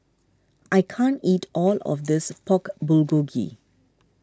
I can't eat all of this Pork Bulgogi